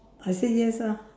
I say yes ah